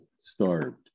starved